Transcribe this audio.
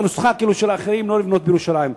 הנוסחה שעל האחרים לא לבנות בירושלים.